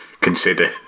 consider